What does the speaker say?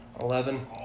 eleven